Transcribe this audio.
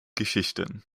geschichten